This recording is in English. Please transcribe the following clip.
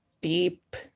Deep